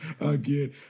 Again